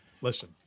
Listen